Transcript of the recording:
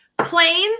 planes